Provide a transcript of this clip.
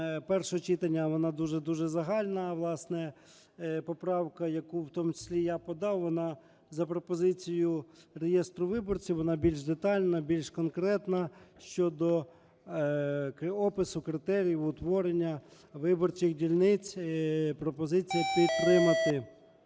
першого читання, вона дуже-дуже загальна. Власне, поправку, яку в тому числі я подав, вона, за пропозицією реєстру виборців, вона більш детальна, більш конкретна щодо опису, критеріїв, утворення виборчих дільниць. Пропозиція підтримати.